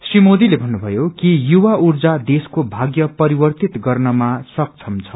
श्री मोर्दोले भन्नुश्नयो कि युवा ऊर्जा देशको भाम्य परिवर्तित गर्नमा सक्षम छ